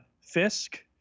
Fisk